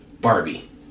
Barbie